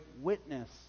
witness